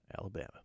Alabama